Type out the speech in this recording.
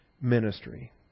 ministry